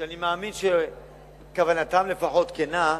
שאני מאמין שכוונתם לפחות כנה,